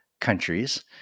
countries